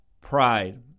pride